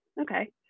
okay